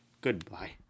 Goodbye